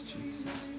Jesus